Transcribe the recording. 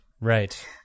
Right